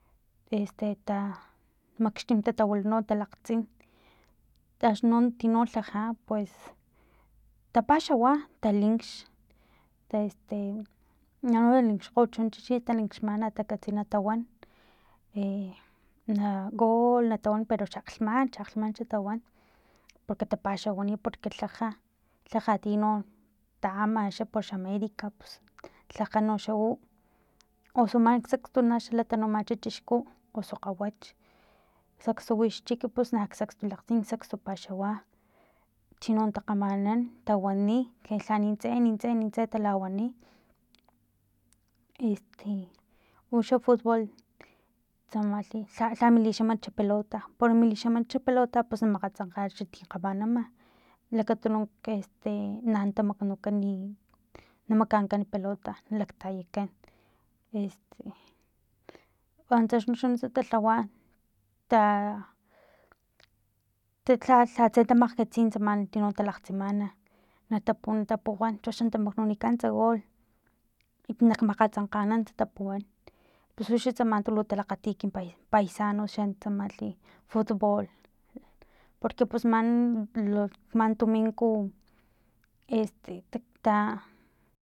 Este ma makxtim tawila talaktsin axno tino tlaja pues tapaxawa taleen ta este no na linxkgo xo chin talinkxmana takatsi na tawan e na gool natawan pero xa akglhman akglhman xa tawan porque ta paxawani porque tlaja tlaja na tino taama xa para xa america pus tlaja noxa u osu mani xakstu tanumacha chixku osu kgawach sakstu wixchik pus na xsakstu lakgtsin xsekstu paxawa chino takgamanan tawani que lha nintse nintse nintse talawani este uxa futbool tsamalhi lha milixamat xa pelota para mi li xamat pelota pus makgatsankga xa ti kgamanama lakatununk este e na tamaknukan na makankan pelota laktayakan este akxni nuntsa ta lhawa ta lha lhatse ta makgkatsi tsama tino talakgtsimana natapu natapuwan cho na tamaknunikantsa gool i nak makgatsankganan na tapuwan pus uxan tsama tu talakgati kin paisanos tin tsamalhi fut bool porque pus man lu tuminko este ta